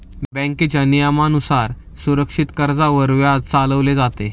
बँकेच्या नियमानुसार सुरक्षित कर्जावर व्याज चालवले जाते